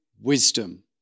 wisdom